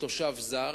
לתושב זר,